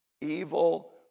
evil